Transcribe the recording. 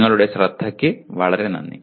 നിങ്ങളുടെ ശ്രദ്ധയ്ക്ക് വളരെ നന്ദി